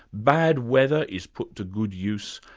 bad weather is put to good use,